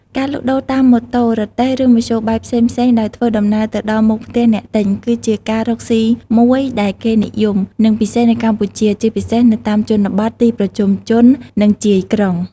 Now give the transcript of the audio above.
ការលក់ដូរតាមម៉ូតូ រទេះ ឬមធ្យោបាយផ្សេងៗ ដោយធ្វើដំណើរទៅដល់មុខផ្ទះអ្នកទិញ គឺជាការរកស៊ីមួយដែលគេនិយម និងពិសេសនៅកម្ពុជា ជាពិសេសនៅតាមជនបទ ទីប្រជុំជន និងជាយក្រុង។